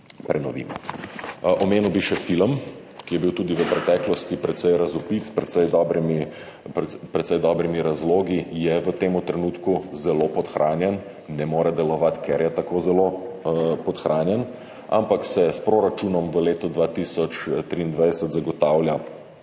prenovimo. Omenil bi še film, ki je bil tudi v preteklosti precej razvpit, s precej dobrimi razlogi. V tem trenutku je zelo podhranjen, ne more delovati, ker je tako zelo podhranjen, ampak se s proračunom v letu 2023 zagotavlja